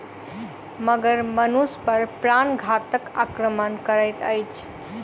मगर मनुष पर प्राणघातक आक्रमण करैत अछि